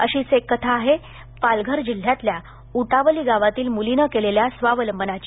अशीच एक कथा आहे पालघर जिल्ह्यातल्या उटावली गावातील मुलीनं केलेल्या स्वावलंबनाची